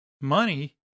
money